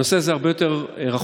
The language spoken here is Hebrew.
הנושא הזה הרבה יותר רחוק.